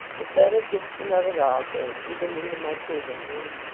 the ben ediction of it all came even into my prison room.